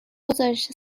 گزارش